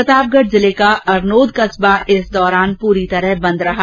प्रतापगढ जिले का अरनोद कस्बा इस दौरान आज पूरी तरह बंद रहा